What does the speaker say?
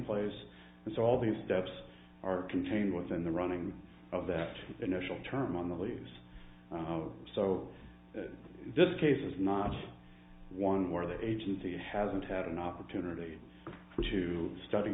place and so all these steps are contained within the running of that initial term on the lease so that this case is not one where the agency hasn't had an opportunity to study